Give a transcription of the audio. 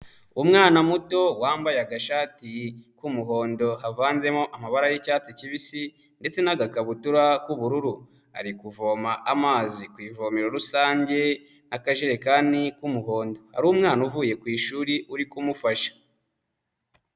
Umwana muto wambaye agashati k'umuhondo, havanzemo amabara y'icyatsi kibisi ndetse n'agakabutura k'ubururu, ari kuvoma amazi ku ivomero rusange n'akajerekani k'umuhondo, hari umwana uvuye ku ishuri uri kumufasha.